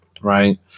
right